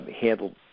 handled